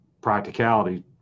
practicality